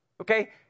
Okay